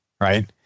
right